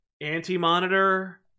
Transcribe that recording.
anti-monitor